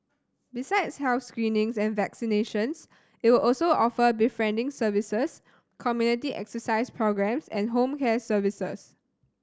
besides health screenings and vaccinations it will also offer befriending services community exercise programmes and home care services